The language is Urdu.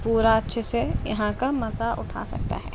پورا اچھے سے یہاں کا مزہ اٹھا سکتا ہے